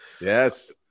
yes